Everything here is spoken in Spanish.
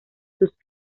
sus